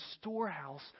storehouse